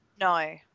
No